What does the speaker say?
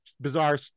bizarre